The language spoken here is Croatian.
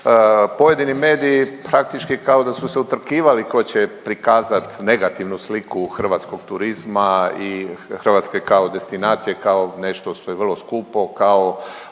pojedini mediji praktički kao da su se utrkivali tko će prikazati negativnu sliku hrvatskog turizma i Hrvatske kao destinacije, kao nešto što je vrlo skupo, kao